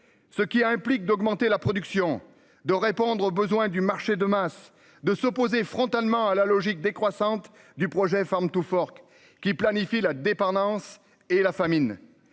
Ce qui implique d'augmenter la production de répondre aux besoins du marché de masse, de s'opposer frontalement à la logique décroissante du projet farm to Forks qui planifie la dépendance et la famine.